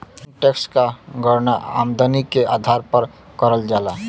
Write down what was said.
income tax क गणना आमदनी के आधार पर करल जाला